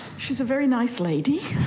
she is a very nice lady.